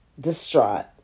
distraught